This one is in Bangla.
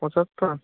পঁচাত্তর